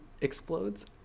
explodes